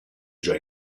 già